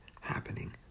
happening